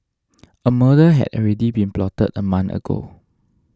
a murder had already been plotted a month ago